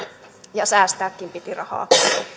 ja rahaa piti säästääkin